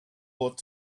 ought